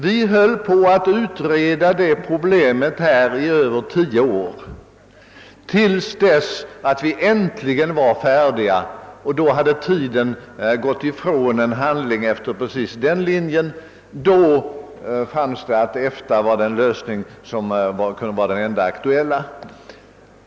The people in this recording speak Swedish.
Vi utredde det problemet i över tio år. När vi äntligen var färdiga med utredningsarbetet visade det sig att tiden för ett handlande enligt de uppdragna riktlinjerna var ute, och det befanns att EFTA var den enda aktuella lösningen.